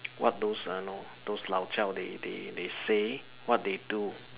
what those uh know those lao-jiao they they they say what they do